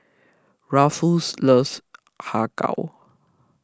Ruffus loves Har Kow